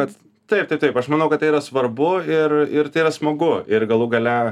kad taip taip taip aš manau kad tai yra svarbu ir ir tai yra smagu ir galų gale